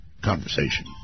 conversation